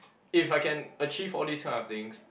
if I can achieve all these kind of things